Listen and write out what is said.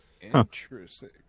interesting